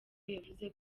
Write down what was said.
yavuze